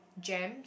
jam